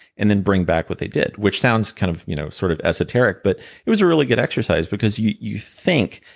and then bring back what they did. which sounds kind of you know sort sort of esoteric, but it was a really good exercise, because you you think,